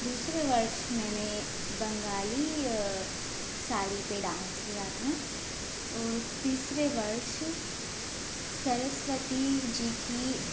दूसरे वर्ष मैंने बंगाली साड़ी पे डांस किया था और तीसरे वर्ष सरस्वती जी की